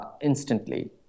instantly